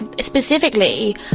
specifically